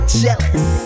jealous